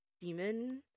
demon